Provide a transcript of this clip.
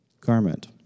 garment